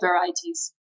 varieties